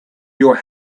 your